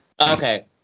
Okay